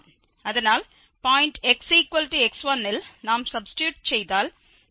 அதனால் பாய்ண்ட் xx1ல் நாம் சப்ஸ்டிட்யூட் செய்தால் நமக்கு fx1b0b1x1 x0 கிடைக்கிறது